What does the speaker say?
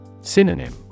Synonym